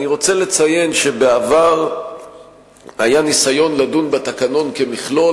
אני רוצה לציין שבעבר היה ניסיון לדון בתקנון כמכלול,